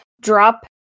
drop